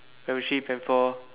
primary three primary four